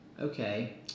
Okay